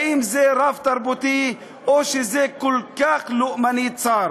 האם זה רב-תרבותי, או שזה כל כך לאומני וצר?